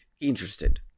interested